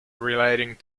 relating